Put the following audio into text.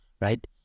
right